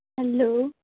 hello